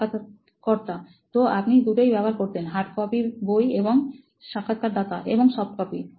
সাক্ষাৎকারকর্তা তো আপনি দুটোই ব্যবহার করতেন হার্ড কপি বই এবং সাক্ষাৎকারদাতা এবং সফ্ট কপি